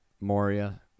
Moria